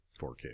4K